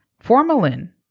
Formalin